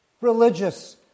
Religious